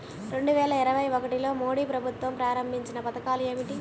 రెండు వేల ఇరవై ఒకటిలో మోడీ ప్రభుత్వం ప్రారంభించిన పథకాలు ఏమిటీ?